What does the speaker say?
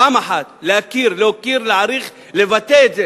פעם אחת, להכיר, להוקיר, להעריך, לבטא את זה,